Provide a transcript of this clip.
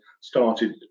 started